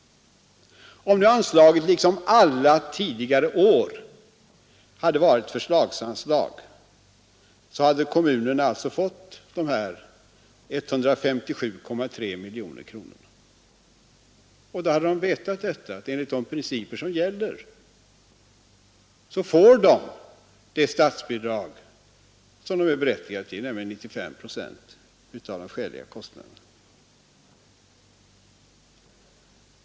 Om nu anslaget, liksom alla tidigare år, hade varit ett förslagsanslag, hade kommunerna alltså fått dessa 157,3 miljoner kronor, och då hade de vetat att enligt de principer som gäller får de det statsbidrag som de är berättigade till, nämligen 95 Procent av de skäliga kostnaderna.